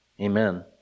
Amen